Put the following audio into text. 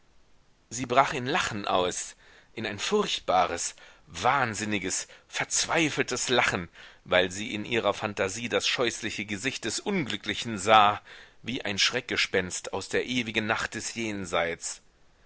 sie brach in lachen aus in ein furchtbares wahnsinniges verzweifeltes lachen weil sie in ihrer phantasie das scheußliche gesicht des unglücklichen sah wie ein schreckgespenst aus der ewigen nacht des jenseits